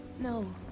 no.